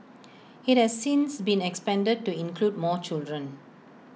IT has since been expanded to include more children